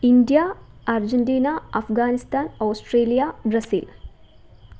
India Argentina Afghanistan Australia Brazil